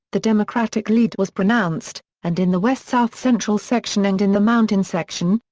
the democratic lead was pronounced, and in the west south central section and in the mountain section,